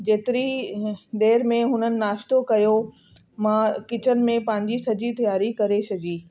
जेतिरी देर में हुननि नाश्तो कयो मां किचन में पंहिंजी सॼी त्यारी करे छॾी